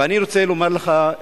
ואני רוצה לומר לך,